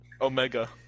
Omega